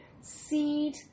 seed